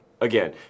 again